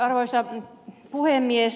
arvoisa puhemies